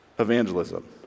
evangelism